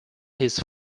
his